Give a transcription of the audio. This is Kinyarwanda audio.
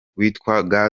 witwa